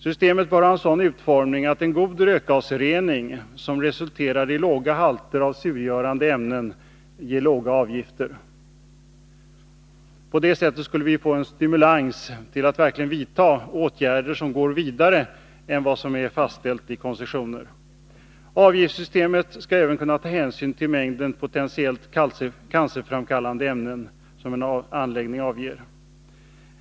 Systemet bör ha en sådan utformning att en god rökgasrening, som resulterar i låga halter av surgörande ämnen, ger låga avgifter. På det sättet skulle vi få en stimulans till att verkligen vidta åtgärder som går vidare än vad som är fastställt i koncessioner. Avgiftssystemet skulle även kunna ta hänsyn till mängden potentiellt cancerframkallande ämnen en anläggning avger.